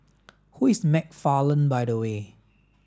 who is McFarland by the way